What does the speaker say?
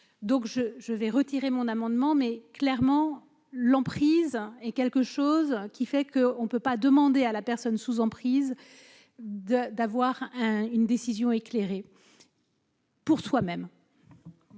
donc je je vais retirer mon amendement, mais clairement l'emprise est quelque chose qui fait qu'on ne peut pas demander à la personne sous emprise de d'avoir une décision éclairée. Pour soi-même.